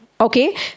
okay